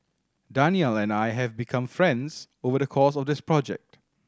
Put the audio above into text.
Danial and I have become friends over the course of this project